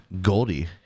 Goldie